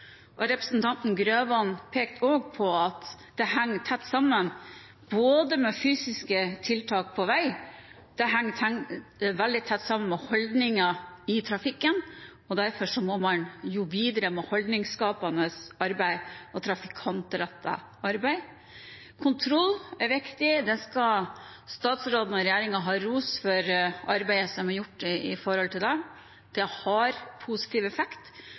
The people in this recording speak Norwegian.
plass. Representanten Grøvan pekte også på at det henger tett sammen – både fysiske tiltak på vei og holdninger i trafikken. Derfor må man jobbe videre med holdningsskapende arbeid og trafikantrettet arbeid. Kontroll er viktig. Statsråden og regjeringen skal ha ros for arbeidet som er gjort med det. Det har positiv effekt.